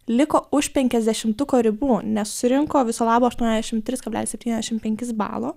liko už penkiasdešimtuko ribų nes surinko viso labo aštuoniasdešimt tris kablelis septyniasdešimt penkis balo